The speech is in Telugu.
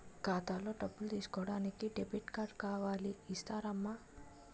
ఖాతాలో డబ్బులు తీసుకోడానికి డెబిట్ కార్డు కావాలి ఇస్తారమ్మా